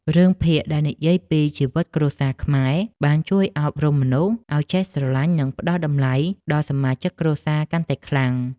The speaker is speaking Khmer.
រឿងភាគដែលនិយាយពីជីវិតគ្រួសារខ្មែរបានជួយអប់រំមនុស្សឱ្យចេះស្រឡាញ់ និងផ្តល់តម្លៃដល់សមាជិកគ្រួសារកាន់តែខ្លាំង។